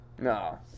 No